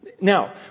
Now